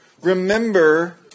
remember